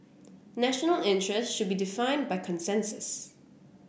national interest should be defined by consensus